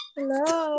Hello